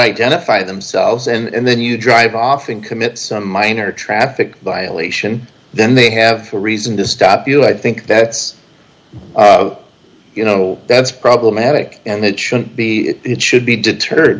identify themselves and then you drive off and commit some minor traffic violation then they have a reason to stop you i think that's you know that's problematic and it shouldn't be it should be deterred